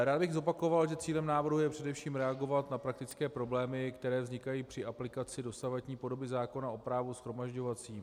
Rád bych zopakoval, že cílem návrhu je především reagovat na praktické problémy, které vznikají při aplikaci dosavadní podoby zákona o právu shromažďovacím.